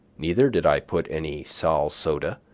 neither did i put any sal-soda,